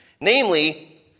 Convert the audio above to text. Namely